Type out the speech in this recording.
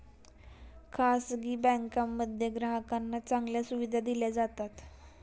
खासगी बँकांमध्ये ग्राहकांना चांगल्या सुविधा दिल्या जातात